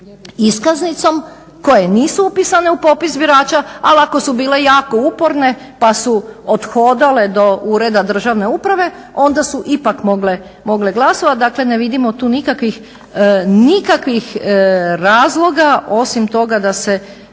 iskaznicom koje nisu upisane u popis birača, ali ako su bile jako uporne pa su odhodale do ureda državne uprave onda su ipak mogle glasovat. Dakle ne vidimo tu nikakvih razloga osim toga da se